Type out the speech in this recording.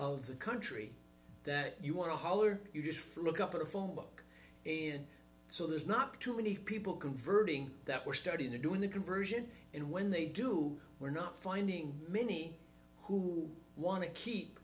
of the country that you want to holler you just flick up a phone book and so there's not too many people converting that we're starting to do in the conversion and when they do we're not finding many who want to keep